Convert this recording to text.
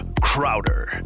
Crowder